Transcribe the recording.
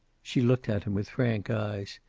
she looked at him with frank eyes.